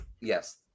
yes